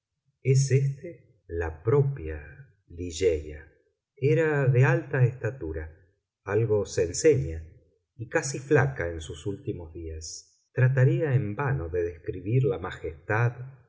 es éste la propia ligeia era de alta estatura algo cenceña y casi flaca en sus últimos días trataría en vano de describir la majestad